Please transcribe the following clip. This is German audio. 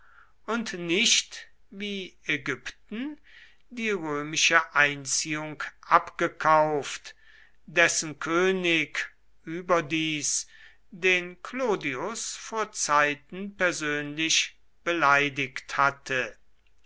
und nicht wie ägypten die römische einziehung abgekauft dessen könig überdies den clodius vor zeiten persönlich beleidigt hatte